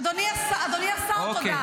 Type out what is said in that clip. אדוני השר, תודה.